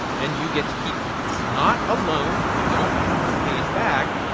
and you get to keep it. this is not a loan. you don't have to pay it back.